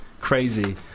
crazy